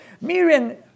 Miriam